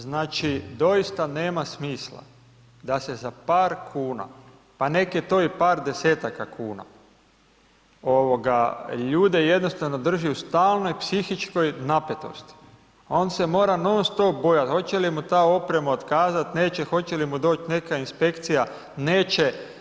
Znači, doista nema smisla da se za par kuna, pa nek je to i par desetaka kuna, ljude jednostavno drži u stalnoj psihičkoj napetosti, a on se mora non stop bojat, hoće li mu ta oprema otkazat, neće, hoće li mu doć neka inspekcija, neće.